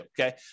okay